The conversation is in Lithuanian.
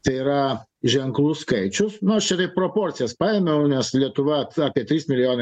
tai yra ženklus skaičius nu aš čia taip proporcijas paėmiau nes lietuva apie trys milijonai